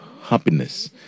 happiness